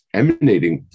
emanating